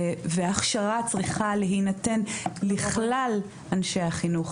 ההכשרה צריכה להינתן לכלל אנשי החינוך